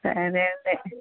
సరే అండి